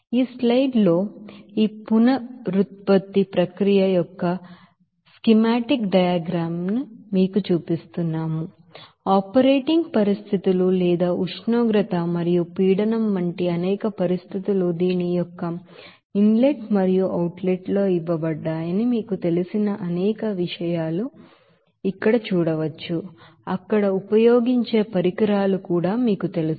ఈ స్లైడ్ లో ఈ పునరుత్పత్తి ప్రక్రియ యొక్క స్కీమాటిక్ డయాగ్రమ్ మీకు తెలుసు ఆపరేటింగ్ పరిస్థితులు లేదా ఉష్ణోగ్రత మరియు ప్రెషర్ వంటి అనేక పరిస్థితులు దీని యొక్క ఇన్ లెట్ మరియు అవుట్ లెట్ లో ఇవ్వబడ్డాయని మీకు తెలిసిన అనేక విషయాలు మీకు తెలుసు అక్కడ ఉపయోగించే పరికరాలు మీకు తెలుసు